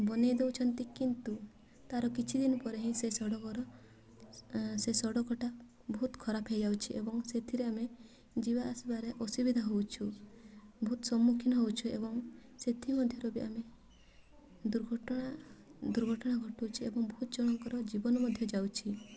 ବନାଇ ଦେଉଛନ୍ତି କିନ୍ତୁ ତାର କିଛି ଦିନ ପରେ ହିଁ ସେ ସଡ଼କର ସେ ସଡ଼କଟା ବହୁତ ଖରାପ ହୋଇଯାଉଛି ଏବଂ ସେଥିରେ ଆମେ ଯିବା ଆସିବାରେ ଅସୁବିଧା ହେଉଛୁ ବହୁତ ସମ୍ମୁଖୀନ ହେଉଛୁ ଏବଂ ସେଥି ମଧ୍ୟରୁ ବି ଆମେ ଦୁର୍ଘଟଣା ଦୁର୍ଘଟଣା ଘଟୁଛି ଏବଂ ବହୁତ ଜଣଙ୍କର ଜୀବନ ମଧ୍ୟ ଯାଉଛି